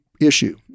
issue